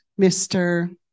Mr